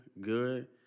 good